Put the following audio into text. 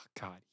God